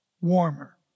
warmer